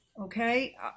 okay